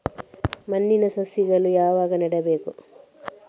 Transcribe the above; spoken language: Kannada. ಮಣ್ಣಿನಲ್ಲಿ ಸಸಿಗಳನ್ನು ಯಾವಾಗ ನೆಡಬೇಕು?